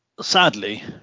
sadly